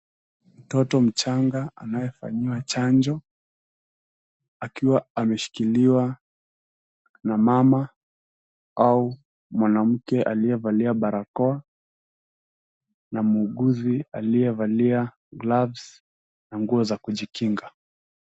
Mtoto mchanga anayefanyiwa chanjo akiwa ameshikiliwa na mama au mwanamke aliyevalia barakoa na mwunguzi aliyevalia (cs)gloves(cs) na nguo za kujikinga.